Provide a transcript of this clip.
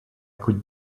could